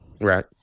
Right